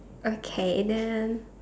okay then